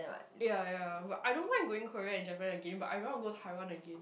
ya ya but I don't mind going Korea and Japan again but I don't want to go Taiwan again